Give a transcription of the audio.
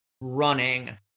running